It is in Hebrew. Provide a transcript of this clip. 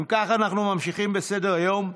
כך, אנחנו ממשיכים בסדר-היום.